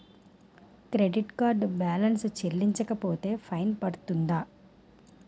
Credit card balance చెల్లించకపోతే fine పడ్తుంద?